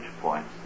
points